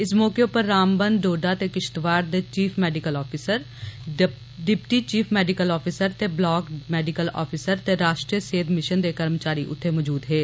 इस मौके उप्पर रामवन डोडा ते किष्तवाड़ दे चीफ मैडिकल अफसर डिप्टी चीफ मैडिकल अफसर ते ब्लाक मैडिकल अफसर ते राश्ट्रीय सेहत मिषन दे कर्मचारी उत्थै मौजूद हे